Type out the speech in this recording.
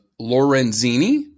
Lorenzini